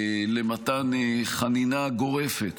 למתן חנינה גורפת